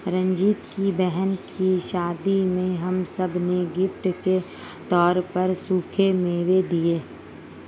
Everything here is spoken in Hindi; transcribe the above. रंजीत की बहन की शादी में हम सब ने गिफ्ट के तौर पर सूखे मेवे दिए